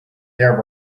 there